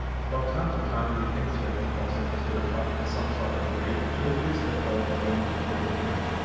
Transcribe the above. from time to time we pin certain call centers to the top as some sort of raid to increase the call volume going to them.